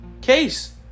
Case